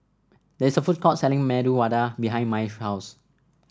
there's a food court selling Medu Vada behind Mai's house